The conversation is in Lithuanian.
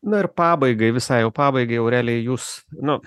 na ir pabaigai visai jau pabaigai aurelija jūs nu